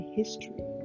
history